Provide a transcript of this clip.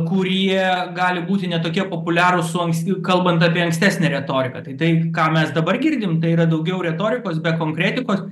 kurie gali būti ne tokie populiarūs su anks kalbant apie ankstesnę retoriką tai tai ką mes dabar girdim tai yra daugiau retorikos bei konkretikos